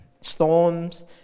storms